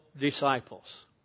disciples